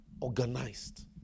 organized